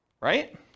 Right